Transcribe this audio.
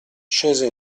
scese